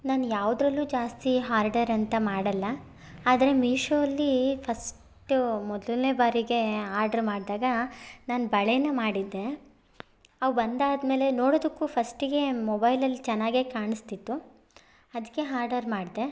ನಾನು ಯಾವುದ್ರಲ್ಲು ಜಾಸ್ತಿ ಹಾರ್ಡರ್ ಅಂತ ಮಾಡೊಲ್ಲ ಆದರೆ ಮೀಶೋವಲ್ಲಿ ಫಸ್ಟು ಮೊದಲನೇ ಬಾರಿಗೆ ಆರ್ಡ್ರ್ ಮಾಡಿದಾಗ ನಾನು ಬಳೆನ ಮಾಡಿದ್ದೆ ಅವು ಬಂದಾದಮೇಲೆ ನೋಡೋದಕ್ಕೂ ಫಸ್ಟಿಗೆ ಮೊಬೈಲಲ್ಲಿ ಚೆನ್ನಾಗೆ ಕಾಣಿಸ್ತಿತ್ತು ಅದಕ್ಕೆ ಹಾರ್ಡರ್ ಮಾಡಿದೆ